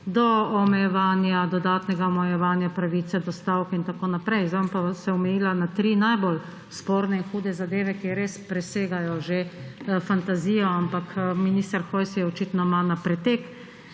do dodatnega omejevanja pravice do stavke in tako naprej. Zdaj se bom pa omejila na tri najbolj sporne, hude zadeve, ki res presegajo že fantazijo, ampak minister Hojs jo očitno ima na pretek.